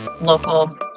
local